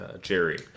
Jerry